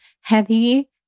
heavy